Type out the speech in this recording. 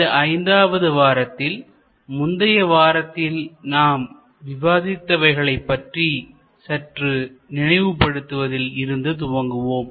இந்த ஐந்தாவது வாரத்தில் முந்தைய வாரத்தில் நாம் விவாதித்தவைகளைப் பற்றி சற்று நினைவுபடுத்துவதில் இருந்து துவங்குவோம்